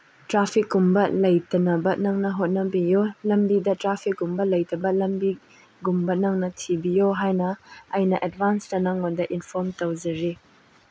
ꯇ꯭ꯔꯥꯐꯤꯛꯀꯨꯝꯕ ꯂꯩꯇꯅꯕ ꯅꯪꯅ ꯍꯣꯠꯅꯕꯤꯌꯨ ꯂꯝꯕꯤꯗ ꯇ꯭ꯔꯥꯐꯤꯛꯀꯨꯝꯕ ꯂꯩꯇꯕ ꯂꯝꯕꯤꯒꯨꯝꯕ ꯅꯪꯅ ꯊꯤꯕꯤꯌꯣ ꯍꯥꯏꯅ ꯑꯩꯅ ꯑꯦꯗꯚꯥꯟꯁꯇ ꯅꯪꯉꯣꯟꯗ ꯏꯟꯐꯣꯔꯝ ꯇꯧꯖꯔꯤ